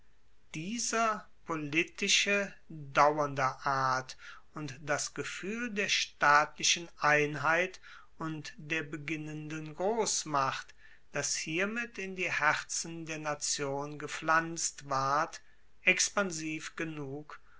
dieser politische dauernder art und das gefuehl der staatlichen einheit und der beginnenden grossmacht das hiermit in die herzen der nation gepflanzt ward expansiv genug